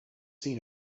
seen